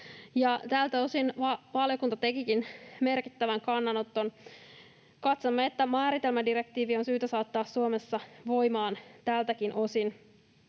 Tältä osin valiokunta tekikin merkittävän kannanoton: katsomme, että määritelmädirektiivi on syytä saattaa Suomessa voimaan tältäkin osin,